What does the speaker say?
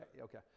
Okay